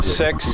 six